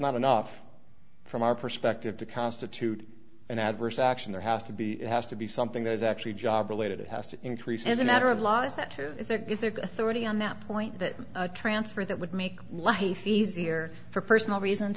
not enough from our perspective to constitute an adverse action there has to be has to be something that is actually job related it has to increase as a matter of law is that is there is there thirty on that point that a transfer that would make life easier for personal reasons